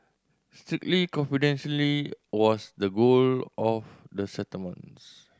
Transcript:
strictly confidentially was the goal of the settlements